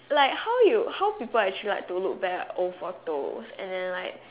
like how you how people actually like to look back at old photos and then like